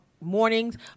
mornings